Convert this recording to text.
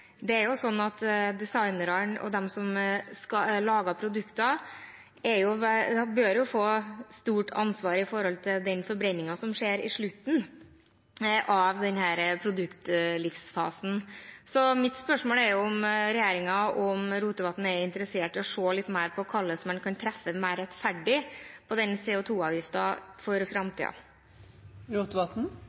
og de som lager produktene, bør få stort ansvar når det gjelder forbrenningen som skjer i slutten av produktlivsfasen. Så mitt spørsmål er om regjeringen og statsråd Rotevatn er interessert i å se litt mer på hvordan man kan treffe mer rettferdig når det gjelder denne CO 2 -avgiften for